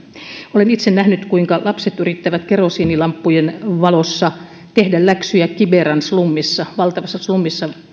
olen itse nähnyt kuinka lapset yrittävät kerosiinilamppujen valossa tehdä läksyjä kiberan slummissa valtavassa slummissa